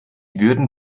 würden